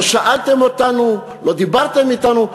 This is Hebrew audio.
לא שאלתם אותנו, לא דיברתם אתנו.